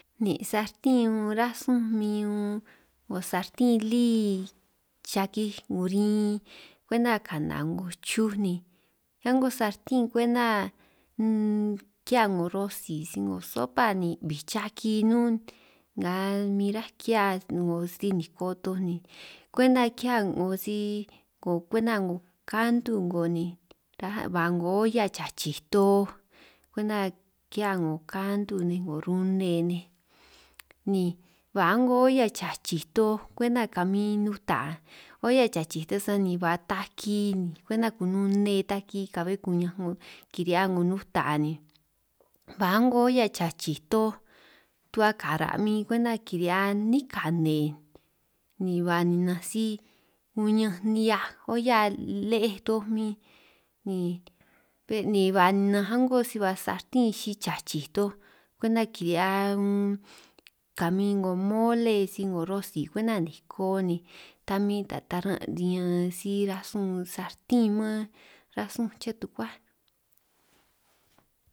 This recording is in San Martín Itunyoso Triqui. Nin' sarten unn rasun min unn 'ngo sartin lí chakij 'ngo rin, kwenta kana 'ngo chuj ni a'ngo sartín kwenta unn kihia 'ngo rosi si 'ngo sopa ni bij chaki nnún, nga min ráj ki'hia 'ngo si niko toj ni kwenta ki'hia 'ngo si 'ngo kwenta 'ngo kantu 'ngo ni taj ba 'ngo olla chachij toj, kwenta ki'hia 'ngo kantu nej 'ngo rune ni ba a'ngo olla chachij toj kwenta kamin nuta olla chachij toj sani ba taki ni, kwenta konun nne taki ka'be kuñanj 'ngo kiri'hia 'ngo nuta ni ba a'ngo olla chachij toj tu'ba kara' min kwenta kirihia 'nín kane, ni ba ninanj si uñanj nihiaj olla le'ej toj min ni ba ninanj a'ngo si ba sarten xi chachij toj, kwenta kirihia kamin 'ngo mole si 'ngo rosi kwenta niko, ta min ta ta taran' riñan si-rasun sarten man rasun chuhua tukuá.